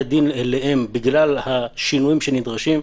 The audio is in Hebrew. הדין אליהם בגלל השינויים שנדרשים,